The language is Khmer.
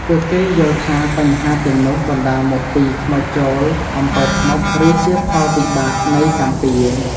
ពួកគេយល់ថាបញ្ហាទាំងនោះបណ្តាលមកពី ខ្មោចចូល អំពើធ្មប់ ឬជាផលវិបាកនៃ កម្មពៀរ។